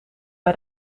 bij